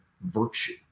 virtue